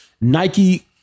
Nike